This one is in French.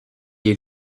est